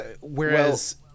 whereas